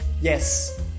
Yes